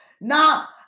Now